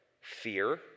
Fear